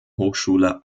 hochschule